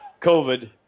covid